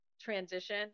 transition